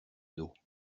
dos